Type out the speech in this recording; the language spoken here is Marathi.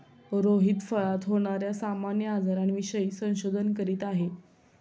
रोहित फळात होणार्या सामान्य आजारांविषयी संशोधन करीत आहे